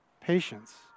patience